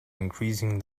increasing